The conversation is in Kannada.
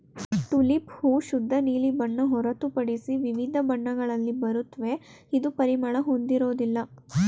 ಟುಲಿಪ್ ಹೂ ಶುದ್ಧ ನೀಲಿ ಬಣ್ಣ ಹೊರತುಪಡಿಸಿ ವಿವಿಧ ಬಣ್ಣಗಳಲ್ಲಿ ಬರುತ್ವೆ ಇದು ಪರಿಮಳ ಹೊಂದಿರೋದಿಲ್ಲ